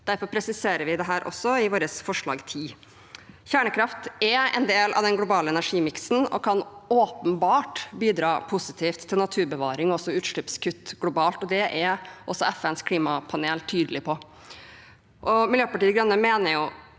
Derfor presiserer vi også dette i vårt forslag nr. 10. Kjernekraft er en del av den globale energimiksen og kan åpenbart bidra positivt til naturbevaring og også utslippskutt globalt. Det er også FNs klimapanel tydelig på. Miljøpartiet De Grønne mener